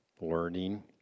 Learning